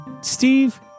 Steve